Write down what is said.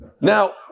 Now